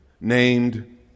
named